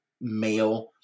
male